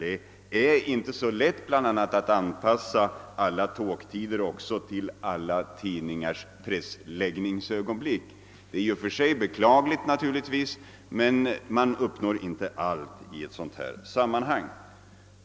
Det är bl.a. inte så lätt att anpassa alla tågtider till samtliga tidningars pressläggningsögonblick. Naturligtvis är detta i och för sig beklagligt, men det går inte att uppnå allt i ett sådant här sammanhang.